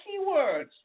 keywords